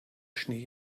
schnee